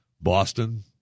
Boston